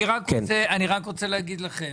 אני רק רוצה להגיד לכם,